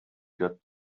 got